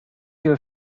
your